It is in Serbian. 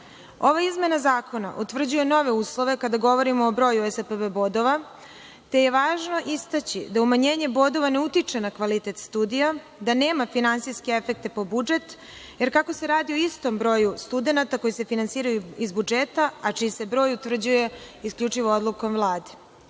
izmene zakona utvrđuju nove uslove kada govorimo o broju SP bodova, te je važno istaći da umanjenje bodova ne utiče na kvalitet studija, da nema finansijske efekte po budžet, jer kako se radi o istom broju studenata koji se finansiraju iz budžeta, a čiji se broj utvrđuje isključivo odlukom Vlade.U